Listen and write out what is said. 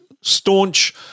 staunch